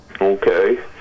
Okay